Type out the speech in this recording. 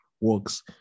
works